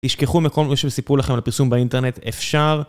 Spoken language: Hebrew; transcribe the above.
תשכחו מכל מי שסיפרו לכם על הפרסום באינטרנט, אפשר.